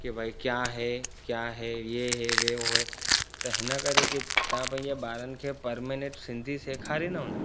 की भाई क्या है क्या है ये है वे और है त हिन करे की तव्हां पंहिंजे ॿारनि खे परमनेंट सिंधी सेखारींदव न